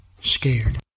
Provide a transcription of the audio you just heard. Scared